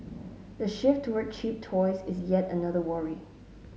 the shift toward cheap toys is yet another worry